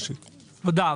תודה.